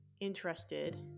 interested